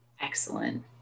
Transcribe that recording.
Excellent